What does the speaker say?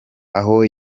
aho